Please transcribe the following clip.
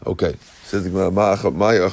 Okay